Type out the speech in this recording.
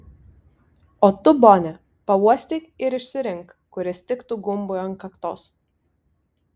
o tu bone pauostyk ir išsirink kuris tiktų gumbui ant kaktos